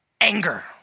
anger